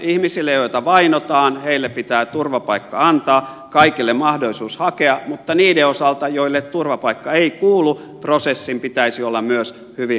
ihmisille joita vainotaan pitää turvapaikka antaa kaikille mahdollisuus hakea mutta niiden osalta joille turvapaikka ei kuulu prosessin pitäisi olla myös hyvin nopea